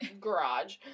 garage